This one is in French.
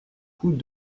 coup